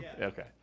Okay